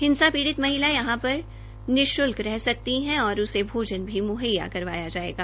हिंसा पीड़ित महिला यहां पर निशुल्क रह सकती है और उसे भोजना भी म्हैया करवाया जायेगा